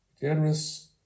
Generous